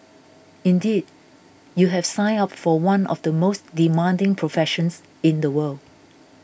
indeed you have signed up for one of the most demanding professions in the world